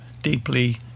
deeply